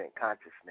consciousness